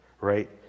right